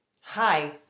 Hi